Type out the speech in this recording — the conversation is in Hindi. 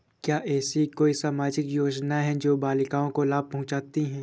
क्या ऐसी कोई सामाजिक योजनाएँ हैं जो बालिकाओं को लाभ पहुँचाती हैं?